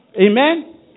Amen